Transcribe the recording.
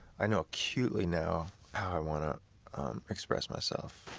i know acutely now how i want to express myself.